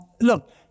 look